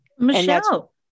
Michelle